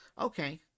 Okay